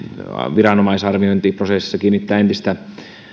viranomaisarviointiprosesseissa kiinnittää entistä